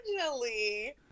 Originally